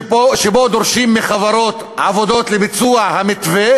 שבו דורשים מחברות עבודות לביצוע המתווה